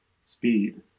speed